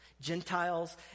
Gentiles